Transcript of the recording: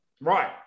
Right